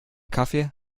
kaffee